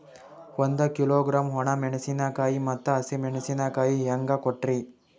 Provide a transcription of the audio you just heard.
ಒಂದ ಕಿಲೋಗ್ರಾಂ, ಒಣ ಮೇಣಶೀಕಾಯಿ ಮತ್ತ ಹಸಿ ಮೇಣಶೀಕಾಯಿ ಹೆಂಗ ಕೊಟ್ರಿ?